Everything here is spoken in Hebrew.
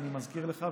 אני מזכיר לך,